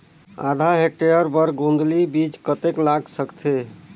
आधा हेक्टेयर बर गोंदली बीच कतेक लाग सकथे?